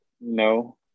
No